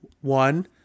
One